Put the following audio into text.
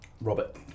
Robert